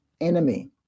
enemy